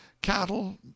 cattle